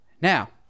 now